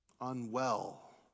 unwell